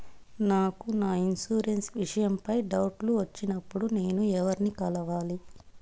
నాకు నా ఇన్సూరెన్సు విషయం పై డౌట్లు వచ్చినప్పుడు నేను ఎవర్ని కలవాలి?